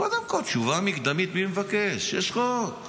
קודם כול, מי מבקש תשובה מקדמית?